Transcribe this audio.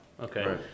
Okay